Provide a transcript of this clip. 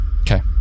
Okay